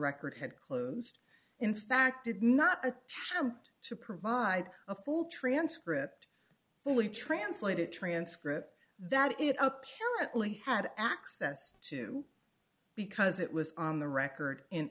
record had closed in fact did not attempt to provide a full transcript fully translated transcript that it apparently had access to because it was on the record in